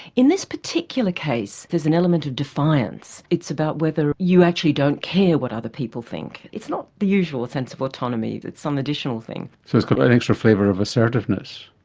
in this particular case there's an element of defiance, it's about whether you actually don't care what other people think, it's not the usual sense of autonomy, it's um an additional thing. so it's got an extra flavour of assertiveness?